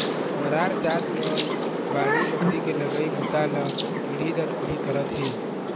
मरार जात मन बाड़ी बखरी के लगई बूता ल पीढ़ी दर पीढ़ी करत हे